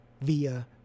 via